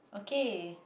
okay